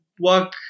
work